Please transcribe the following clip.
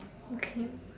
okay